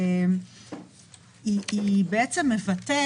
היא מבטאת